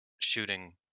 shooting